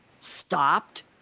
stopped